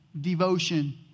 devotion